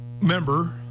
member